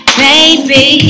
baby